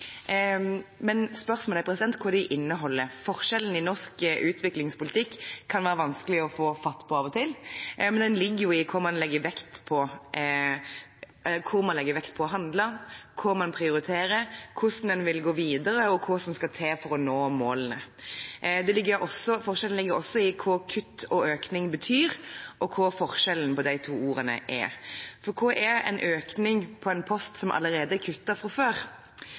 men spørsmålet er hva de inneholder. Forskjellen i norsk utviklingspolitikk kan av og til være vanskelig å få fatt på, men den ligger i hvor man legger vekt på å handle, hva man prioriterer, hvordan en vil gå videre, og hva som skal til for å nå målene. Forskjellen ligger også i hva «kutt» og «økning» betyr, og hva forskjellen på de to ordene er. Hva er en økning på en post som allerede er kuttet fra før?